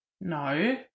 No